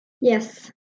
Yes